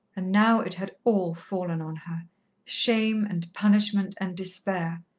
and now it had all fallen on her shame and punishment and despair,